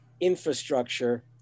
infrastructure